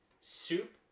soup